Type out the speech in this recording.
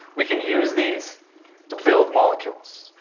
we can use these to build molecules.